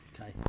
Okay